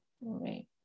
right